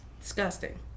Disgusting